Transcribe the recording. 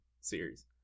series